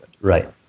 Right